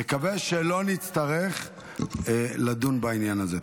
נקווה שלא נצטרך לדון בעניין הזה.